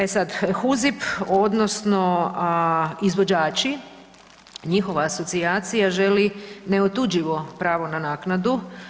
E sad HUZIP odnosno izvođači, njihova asocijacija želi neotuđivo pravo na naknadu.